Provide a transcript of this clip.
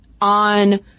on